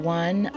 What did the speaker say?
one